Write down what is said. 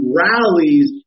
rallies